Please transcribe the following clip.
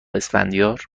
اسفندیار